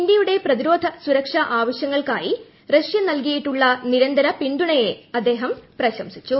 ഇന്ത്യയുടെ ആവശ്യങ്ങൾക്കായി റഷ്യ നൽകിയിട്ടുള്ള നിരന്തര പിന്തുണയെ അദ്ദേഹം പ്രശംസിച്ചു